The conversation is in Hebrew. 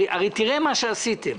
הרי תראה מה עשיתם,